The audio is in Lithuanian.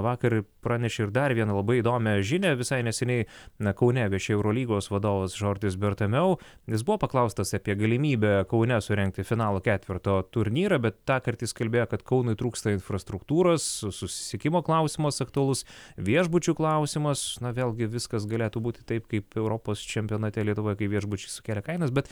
vakar pranešė ir dar vieną labai įdomią žinią visai neseniai na kaune viešėjo eurolygos vadovas džordis biortameu jis buvo paklaustas apie galimybę kaune surengti finalo ketverto turnyrą bet tąkart jis kalbėjo kad kaunui trūksta infrastruktūros susisiekimo klausimas aktualus viešbučių klausimas na vėlgi viskas galėtų būti taip kaip europos čempionate lietuvoj kai viešbučiai sukėlė kainas bet